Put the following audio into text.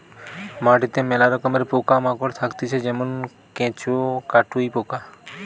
মাটিতে মেলা রকমের পোকা মাকড় থাকতিছে যেমন কেঁচো, কাটুই পোকা